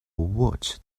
what